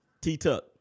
T-Tuck